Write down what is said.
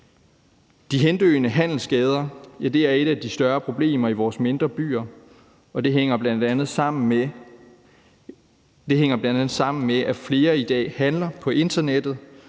De hendøende handelsgader er et af de større problemer i vores mindre byer. Det hænger bl.a. sammen med, at flere i dag handler på internettet;